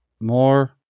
more